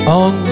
on